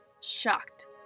shocked